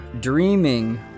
dreaming